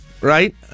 right